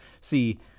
See